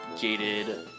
gated